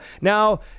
Now